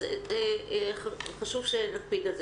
חשוב שנקפיד על זה.